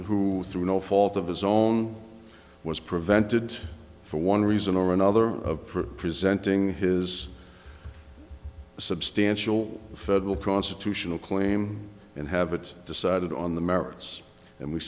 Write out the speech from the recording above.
who through no fault of his own was prevented for one reason or another for presenting his a substantial federal constitutional claim and have it decided on the merits and we